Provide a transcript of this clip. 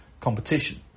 competition